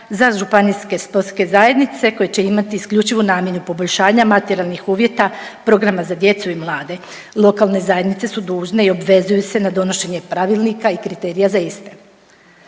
za županijske sportske zajednice koje će imati isključivu namjenu poboljšanja materijalnih uvjet programa za djecu i mlade. Lokalne zajednice su dužne i obvezuju se na donošenje pravilnika i kriterija za iste.